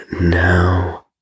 now